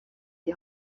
die